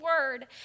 word